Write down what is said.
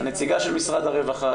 תהיו בקשר עם נציגת משרד הרווחה,